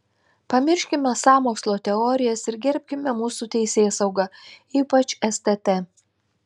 pamirškime sąmokslo teorijas ir gerbkime mūsų teisėsaugą ypač stt